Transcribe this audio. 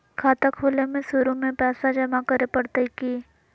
खाता खोले में शुरू में पैसो जमा करे पड़तई की?